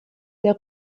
der